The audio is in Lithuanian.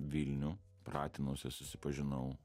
vilnių pratinausi susipažinau